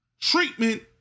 treatment